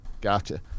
Gotcha